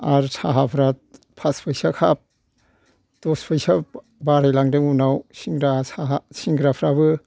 आरो साहाफ्रा फास फैसा काप दस फैसा बारायलांदों उनाव सिंग्रा साहा सिंग्राफ्राबो